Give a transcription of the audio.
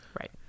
Right